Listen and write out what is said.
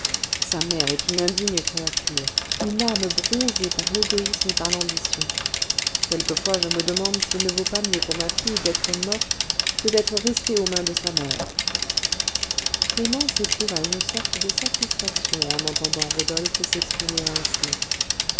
sa mère est une indigne créature une âme bronzée par l'égoïsme et par l'ambition quelquefois je me demande s'il ne vaut pas mieux pour ma fille d'être morte que d'être restée aux mains de sa mère clémence éprouva une sorte de satisfaction en entendant rodolphe s'exprimer ainsi